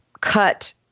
cut